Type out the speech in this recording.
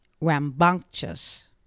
rambunctious